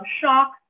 shock